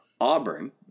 Auburn